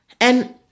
And-